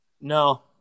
No